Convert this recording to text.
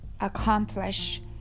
accomplish